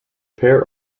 pair